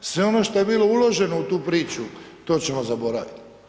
Sve ono što je bilo uloženo u tu priču to ćemo zaboravit.